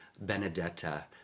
Benedetta